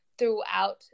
throughout